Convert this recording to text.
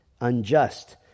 unjust